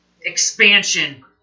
expansion